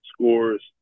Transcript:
scores